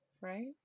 Right